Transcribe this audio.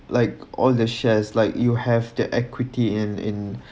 like all the shares like you have the equity in in